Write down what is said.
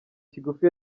kigufi